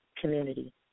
community